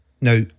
Now